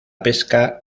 pesca